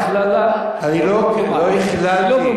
ההכללה לא במקומה.